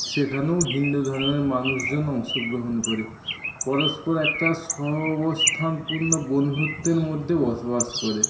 সেখানেও হিন্দু ধর্মের মানুষজন অংশগ্রহণ করে পরস্পর একটা স্বঅবস্থানপূর্ণ বন্ধুত্বের মধ্যে বসবাস করে